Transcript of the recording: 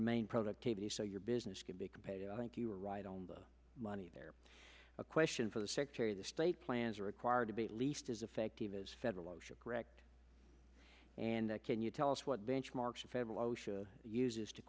remain productivity so your business can be competitive i think you are right on the money there a question for the secretary of state plans are required to be at least as effective as federal osha correct and that can you tell us what benchmarks the federal osha uses to